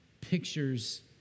pictures